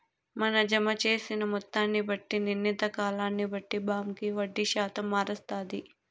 మన జమ జేసిన మొత్తాన్ని బట్టి, నిర్ణీత కాలాన్ని బట్టి బాంకీ వడ్డీ శాతం మారస్తాది